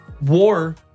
war